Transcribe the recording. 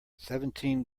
seventeen